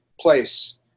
place